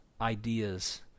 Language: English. ideas